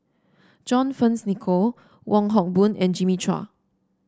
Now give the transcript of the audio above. John Fearns Nicoll Wong Hock Boon and Jimmy Chua